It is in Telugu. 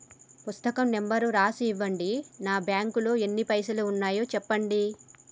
పుస్తకం నెంబరు రాసి ఇవ్వండి? నా బ్యాంకు లో ఎన్ని పైసలు ఉన్నాయో చెప్పండి?